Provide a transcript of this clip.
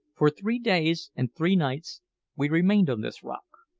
for three days and three nights we remained on this rock,